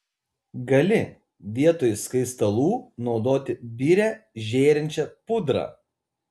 gali vietoj skaistalų naudoti birią žėrinčią pudrą